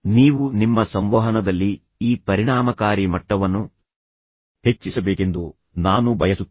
ನೀವು ನಿಮ್ಮ ಸಂವಹನದಲ್ಲಿ ಈ ಪರಿಣಾಮಕಾರಿ ಮಟ್ಟವನ್ನು ಹೆಚ್ಚಿಸಬೇಕೆಂದು ನಾನು ಬಯಸುತ್ತೇನೆ